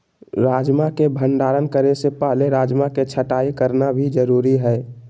राजमा के भंडारण करे से पहले राजमा के छँटाई करना भी जरुरी हय